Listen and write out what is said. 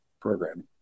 program